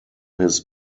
his